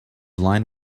lined